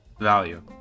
value